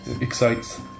excites